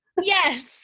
Yes